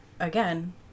Again